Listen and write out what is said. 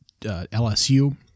LSU